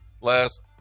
last